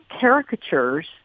caricatures